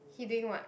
he doing what